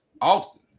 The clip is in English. Austin